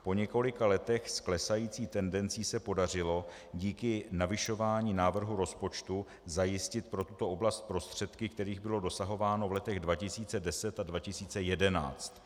Po několika letech s klesající tendencí se podařilo díky navyšování návrhu rozpočtu zajistit pro tuto oblast prostředky, kterých bylo dosahováno v letech 2010 a 2011.